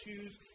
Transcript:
shoes